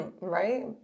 Right